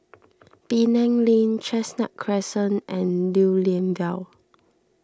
Penang Lane Chestnut Crescent and Lew Lian Vale